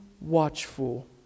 watchful